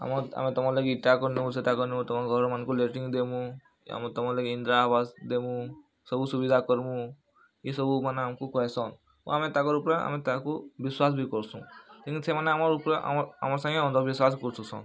ଆମର୍ ଆମେ ତମର୍ ଲାଗି ଇଟା କରିନେମୁ ସେଟା କରିନେମୁ ତମର୍ ଘରମାନ୍ଙ୍କୁ ଲେଟ୍ରିନ୍ ଦେମୁ ଆମର୍ ତମର୍ ଲାଗି ଇନ୍ଦ୍ରା ଆବାସ୍ ଦେମୁ ସବୁ ସୁବିଧା କର୍ମୁ ଇସବୁମାନେ କହେସନ୍ ଆମେ ତାକର୍ ଉପ୍ରେ ଆମେ ତାହାକୁ ବିଶ୍ୱାସ ବି କର୍ସୁଁ କିନ୍ତୁ ସେମାନେ ଆମର୍ ଉପ୍ରେ ଆମର୍ ସାଙ୍ଗେ ଅନ୍ଧ ବିଶ୍ୱାସ କରୁଥିସନ୍